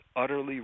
utterly